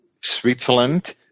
Switzerland